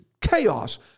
chaos